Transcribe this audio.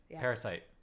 Parasite